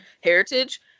heritage